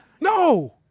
No